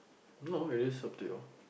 no it's up to you